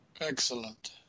Excellent